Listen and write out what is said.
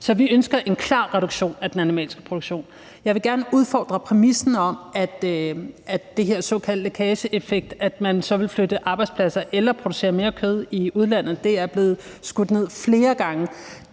Så vi ønsker en klar reduktion af den animalske produktion. Jeg vil gerne udfordre præmissen om den her såkaldte lækageeffekt, altså at man så vil flytte arbejdspladser eller producere mere kød i udlandet. Det er blevet skudt ned flere gange.